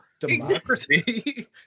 Democracy